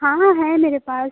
हाँ हाँ है मेरे पास